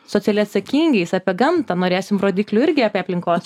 socialiai atsakingais apie gamtą norėsim rodiklių irgi apie aplinkos